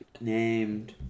named